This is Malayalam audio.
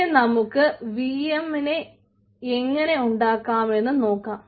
ഇനി നമുക്ക് വി എമ്മിനെ എങ്ങനെ ഉണ്ടാക്കമെന്ന് നോക്കാം